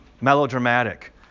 melodramatic